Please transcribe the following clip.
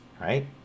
right